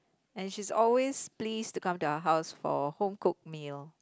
and she's always pleased to come to our house for home cooked meal